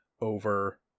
over